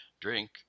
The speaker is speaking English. Drink